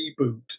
reboot